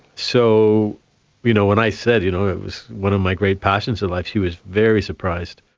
so you know when i said you know it was one of my great passions in life, she was very surprised.